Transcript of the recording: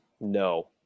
No